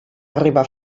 arribar